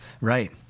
Right